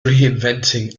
reinventing